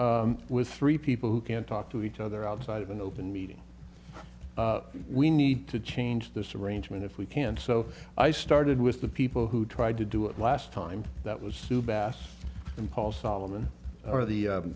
with three people who can't talk to each other outside of an open meeting we need to change this arrangement if we can so i started with the people who tried to do it last time that was to bass and paul solomon or the